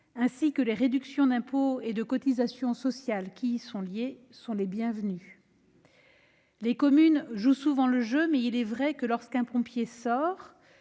ainsi que les réductions d'impôt et de cotisations sociales qui y sont attachées sont les bienvenues. Les communes jouent souvent le jeu, mais il est vrai que, lorsqu'un pompier sort